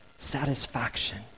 satisfaction